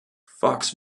fox